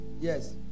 Yes